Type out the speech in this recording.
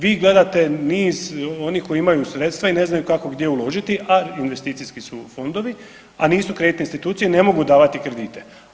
Vi gledate niz onih koji imaju sredstva i ne znaju kako, gdje uložiti a investicijski su fondovi, a nisu kreditne institucije, ne mogu davati kredite.